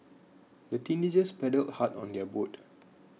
the teenagers paddled hard on their boat